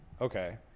Okay